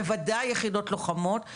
בוודאי יחידות לוחמות,